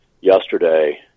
yesterday